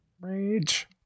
Rage